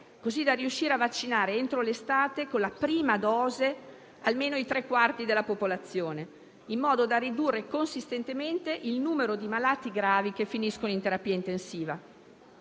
così da riuscire a vaccinare entro l'estate, con la prima dose, almeno i tre quarti della popolazione, in modo da ridurre consistentemente il numero di malati gravi che finiscono in terapia intensiva.